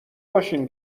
باشین